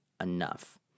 enough